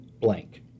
blank